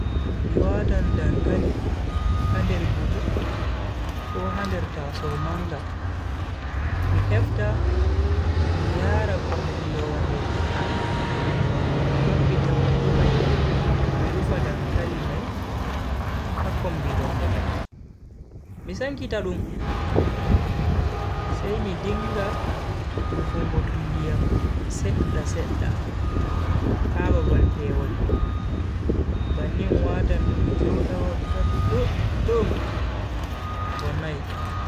Mi watan dankali ha nder buhu ko nder tasow manga, mi efta mi yaara kombi londe am, mi mabbita buhu mai mi rufa dankali mai ha kombi londe mai. mi sankita dum, sai mi dinga rufungo dum ndiyam sedda sedda ha babal pewol mai bannin watan dum joda wakkati duddum vonnai.